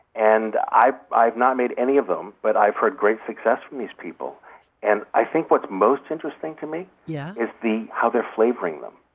and i've i've not made any of them, but i've heard great success from these people and i think what's most interesting to me yeah is how they're flavoring them.